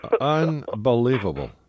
Unbelievable